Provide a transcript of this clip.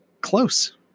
close